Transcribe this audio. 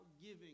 giving